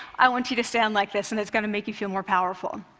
i want you to stand like this, and it's going to make you feel more powerful.